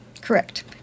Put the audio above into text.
Correct